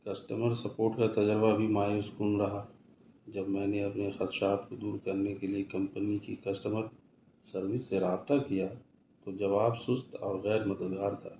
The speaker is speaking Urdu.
کسٹمر سپورٹ کا تجربہ بھی مایوس کن رہا جب میں نے اپنے خدشات کو دور کرنے کے لیے کمپنی کی کسٹمر سروس سے رابطہ کیا تو جواب سست اور غیر مددگار تھا